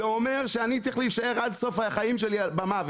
זה אומר שאני צריך להישאר עד סוף החיים שלי במוות,